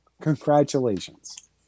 Congratulations